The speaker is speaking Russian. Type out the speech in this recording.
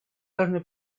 должны